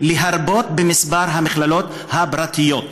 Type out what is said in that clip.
להרבות במכללות הפרטיות.